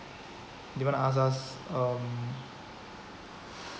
they wanna ask us um